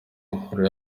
nkuru